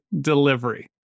delivery